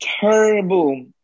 terrible